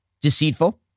deceitful